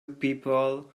people